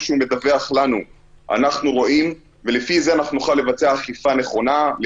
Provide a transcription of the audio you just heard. שהוא מדווח לנו אנחנו רואים ולפי זה נוכל לבצע אכיפה נכונה,